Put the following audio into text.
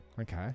Okay